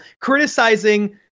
criticizing